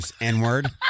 N-word